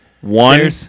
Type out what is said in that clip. One